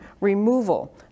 removal